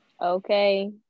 Okay